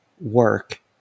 work